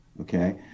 Okay